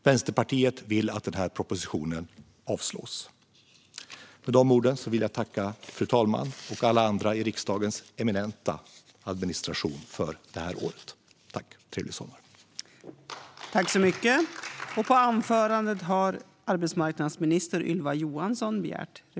Vänsterpartiet vill att denna proposition avslås. Med dessa ord vill jag tacka fru talmannen och alla andra i riksdagens eminenta administration för detta år. Tack! Trevlig sommar!